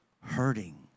hurting